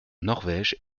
norvège